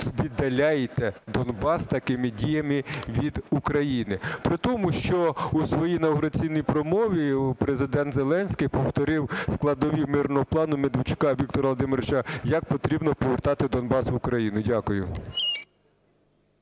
віддаляєте Донбас такими діями від України, при тому, що у своїй інавгураційній промові Президент Зеленський повторив складові мирного плану Медведчука Віктора Володимировича, як потрібно повертати Донбас в Україну. Дякую.